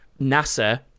NASA